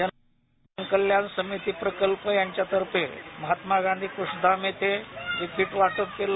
जण कल्याण समिती प्रकल्प यांच्यातर्फे महात्मा गांधी कृषी धाम येथे पिक वाटप केलं